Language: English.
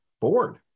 bored